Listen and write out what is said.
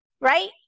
right